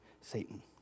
Satan